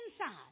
inside